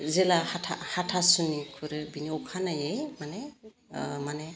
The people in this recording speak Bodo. जेला हाथा हाथासुनि खुरो बिनि अखानायै माने माने